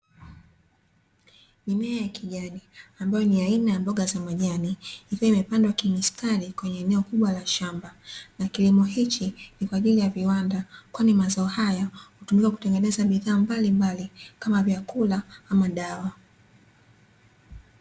Mimea ya kijani ambayo ni aina ya mboga za majani, ikiwa imepandwa kimistari kwenye eneo kubwa la shamba. Na kilimo hichi ni kwa ajili ya viwanda, kwani mazao hayo hutumika kutengeneza bidhaa mbalimbali kama vyakula ama dawa.